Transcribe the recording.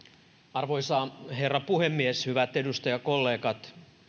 arvoisa herra puhemies hyvät edustajakollegat